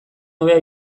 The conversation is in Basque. hobea